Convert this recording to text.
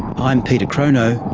i'm peter cronau.